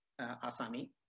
Asami